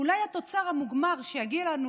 אולי התוצר המוגמר שיגיע אלינו,